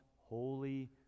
holy